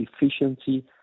efficiency